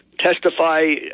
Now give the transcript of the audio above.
testify